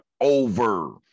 Over